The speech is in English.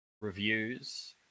reviews